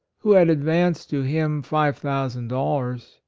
who had advanced to him five thousand dollars,